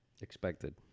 Expected